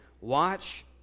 Watch